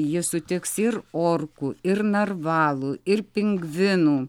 ji sutiks ir orkų ir narvalų ir pingvinų